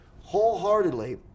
wholeheartedly